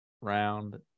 round